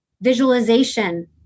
Visualization